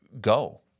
Go